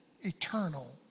eternal